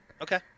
okay